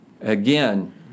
Again